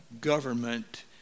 government